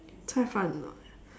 cai-fan ah